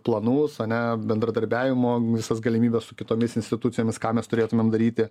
planus ane bendradarbiavimo visas galimybes su kitomis institucijomis ką mes turėtumėm daryti